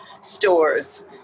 stores